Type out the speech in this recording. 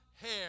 hair